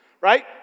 right